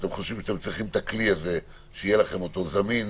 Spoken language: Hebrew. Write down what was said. שאתם חושבים שאתם צריכים את הכלי הזה שיהיה אותו זמין,